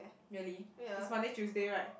really is Monday Tuesday right